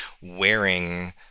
wearing